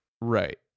Right